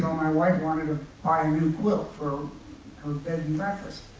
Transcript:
my wife wanted to buy a new quilt for her bed and breakfast.